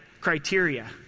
criteria